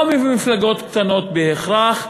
לא ממפלגות קטנות בהכרח,